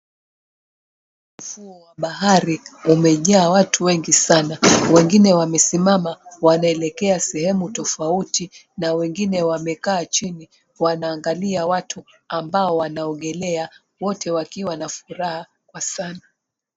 Ufuo wa bahari umejaa watu wengi sana wengine wamesimama wanaelekea sehemu tofauti na wengine wamekaa chini wanaangalia watu ambao wanaogelea wote wana furaha kwa sana.